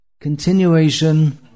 continuation